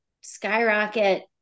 skyrocket